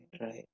right